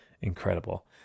incredible